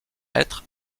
être